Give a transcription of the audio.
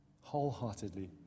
wholeheartedly